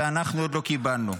ואנחנו עוד לא קיבלנו.